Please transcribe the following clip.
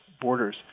borders